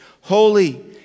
holy